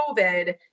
COVID